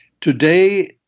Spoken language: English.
Today